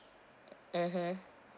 mmhmm